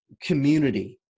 community